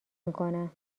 میکنم